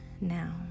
now